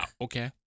Okay